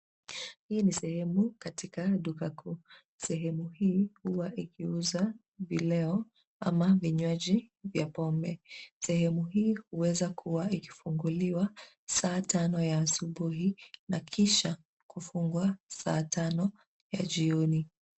Hii ni sehemu katika duka kuu. Sehemu hii huwa ikiuza vileo kama vinywaji vya pombe. Sehemu hii huweza kuwa ikifunguliwa saa tano ya asubuhi na kisha kufungwa saa tano ya jioni.